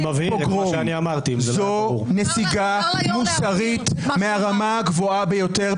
זו נסיגה מוסרית מהרמה הגבוהה ביותר,